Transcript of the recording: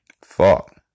Fuck